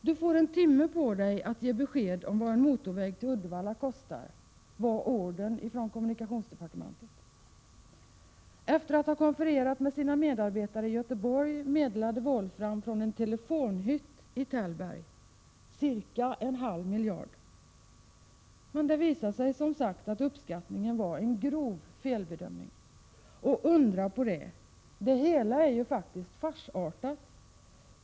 ”Du får en timme på dig att ge besked om vad en motorväg till Uddevalla kostar”, var kommunikationsdepartementets besked. Efter att ha konfererat med sina medarbetare i Göteborg meddelade Wolffram från en telefonhytt i Tällberg: ”Cirka en halv miljard”. Men det visade sig, som sagt, att uppskattningen var en grov felbedömning — och undra på det. Det hela är ju faktiskt farsartat.